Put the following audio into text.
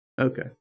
okay